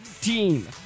team